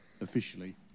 officially